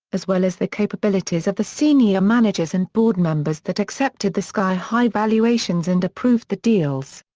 as well as the capabilities of the senior managers and board members that accepted the sky-high valuations and approved the deals.